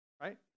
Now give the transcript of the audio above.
right